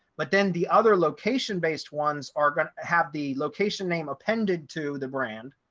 but then the other location based ones are gonna have the location name appended to the brand.